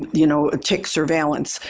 you know, tick surveillance.